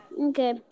Okay